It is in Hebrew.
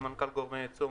סמנכ"ל גורמי ייצור,